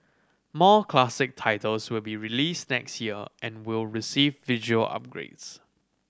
more classic titles will be released next year and will receive visual upgrades